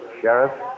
Sheriff